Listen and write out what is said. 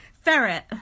Ferret